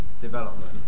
development